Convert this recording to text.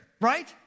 right